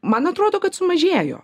man atrodo kad sumažėjo